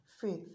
faith